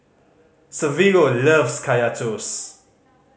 Severo loves Kaya Toast